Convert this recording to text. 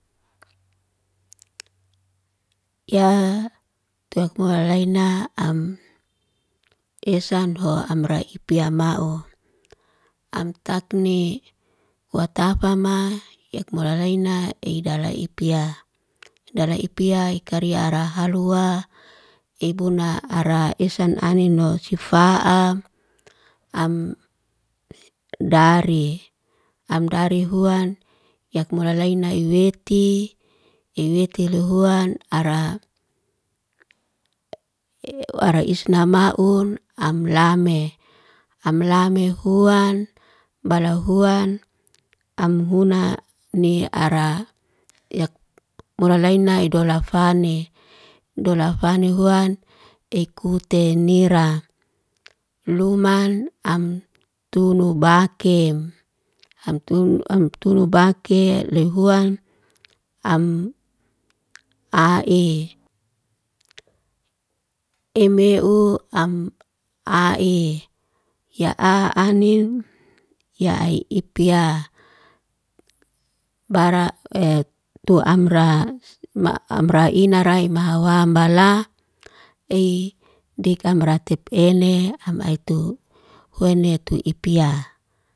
yaa tuk mulalaina, am esan hoa amra ipiama'u. Am takni watafama ik mulalaina idala ipia. Idala ipia ikaria arahalua ibuna ara esan anin no sifa'a, am dari am dari huan yak mulalaina iweti. Iweti lihuan ara isnamaun am lame. Am lame huan, balahuan, am huna ni ara. Yak mulalaina idolafani. Idolafani huan ikute nira. Luman am tunubakem am tunu am tunubake lehuan, am a'i. Emeu am a'i. Ya a anim, ya ipia. bara etuamra ma amra ina raim hawa ambala eye dik amra tep ele, am aitu wenetu ipia.